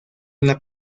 una